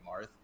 Marth